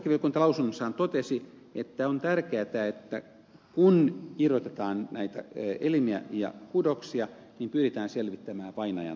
perustuslakivaliokunta lausunnossaan totesi että on tärkeätä että kun irrotetaan näitä elimiä ja kudoksia niin pyritään selvittämään vainajan tahto